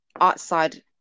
outside